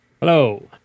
Hello